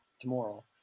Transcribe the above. tomorrow